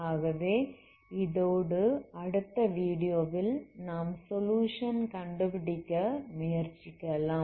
ஆகவே இதோடு அடுத்த வீடியோவில் நாம் சொலுயுஷன் கண்டுபிடிக்க முயற்சிக்கலாம்